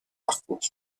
parcours